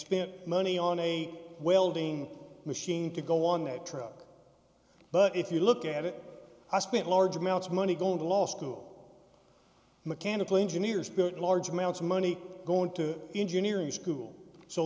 spent money on a welding machine to go on that truck but if you look at it i spent large amounts of money going to law school mechanical engineers built large amounts of money going to engineering school so